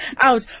out